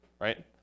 right